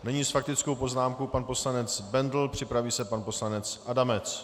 Nyní s faktickou poznámkou pan poslanec Bendl, připraví se pan poslanec Adamec.